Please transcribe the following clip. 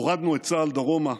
הורדנו את צה"ל דרומה,